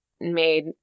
made